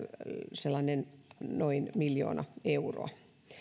noin miljoona euroa